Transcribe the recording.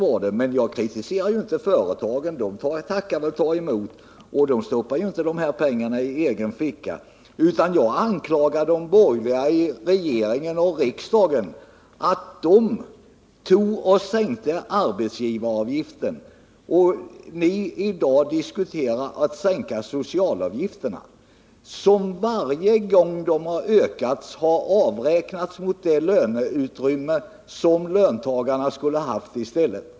Jag kritiserar inte företagen — de tackar och tar emot och de stoppar inte dessa pengar i egen ficka. Jag anklagar de borgerliga i regeringen och riksdagen för att ni sänkte arbetsgivaravgiften och för att ni i dag diskuterar sänkning av socialavgifterna. Varje gång de har höjts har det avräknats mot det löneutrymme som löntagarna skulle ha haft i stället.